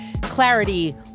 clarity